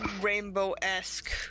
rainbow-esque